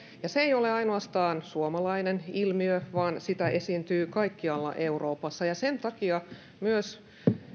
se ei ole ainoastaan suomalainen ilmiö vaan sitä esiintyy kaikkialla euroopassa sen takia myös